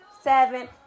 seven